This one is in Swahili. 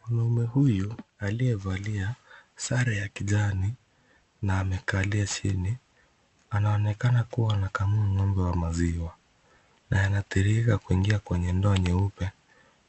Mwanaume huyu aliyevalia sare ya kijani na amekalia chini, anaonekana kuwa anakamua ng'ombe wa maziwa na yanatiririka kuingi kwenye ndoo nyeupe,